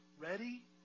ready